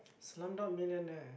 Slumdog-Millionaire